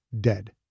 dead